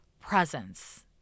presence